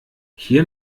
hier